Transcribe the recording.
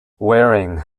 wearing